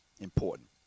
important